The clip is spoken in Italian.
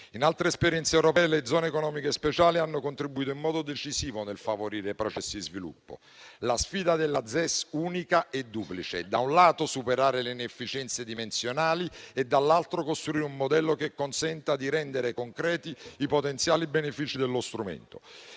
In altre esperienze europee le zone economiche speciali hanno contribuito in modo decisivo nel favorire i processi di sviluppo. La sfida della ZES unica è duplice: da un lato, superare le inefficienze dimensionali e, dall'altro, costruire un modello che consenta di rendere concreti i potenziali benefici dello strumento.